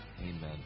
Amen